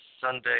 Sunday